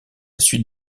suite